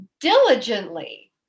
diligently